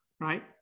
Right